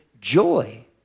joy